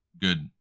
good